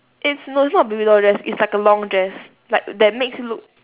it's no it's not baby doll dress it's like a long dress like that makes you look